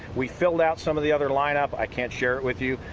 we filled out some of the other line-up. i can't share it with you,